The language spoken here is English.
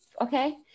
Okay